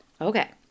okay